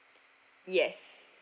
yes